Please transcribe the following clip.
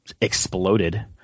exploded